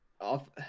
off